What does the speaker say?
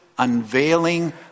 unveiling